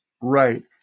Right